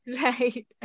right